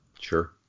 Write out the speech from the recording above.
sure